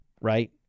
right